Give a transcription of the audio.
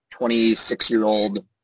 26-year-old